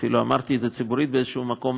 אפילו אמרתי את זה ציבורית באיזשהו מקום,